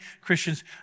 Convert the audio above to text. Christians